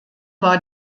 war